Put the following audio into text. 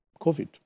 COVID